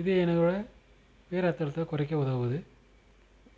இது என்னோட உயர் ரத்த அழுத்தத்த குறைக்க உதவுது